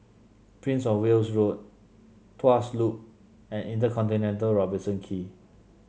Prince Of Wales Road Tuas Loop and InterContinental Robertson Quay